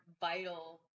vital